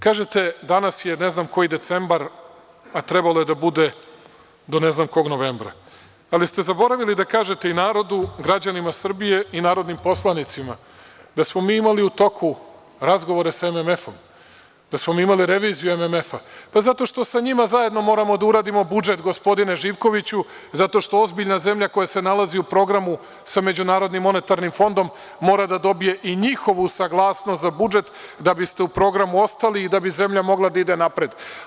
Kažete, danas je ne znam koji decembar a trebalo je da bude do ne znam kog novembra, ali ste zaboravili da kažete i narodu, građanima Srbije i narodnim poslanicima da smo mi imali u toku razgovore sa MMF, da smo imali reviziju MMF, pa zato što sa njima zajedno moramo da uradimo budžet gospodine Živkoviću, zato što ozbiljna zemlja koja se nalazi u programu sa MMF mora da dobije i njihovu saglasnost za budžet da biste u programu ostali i da bi zemlja mogla da ide napred.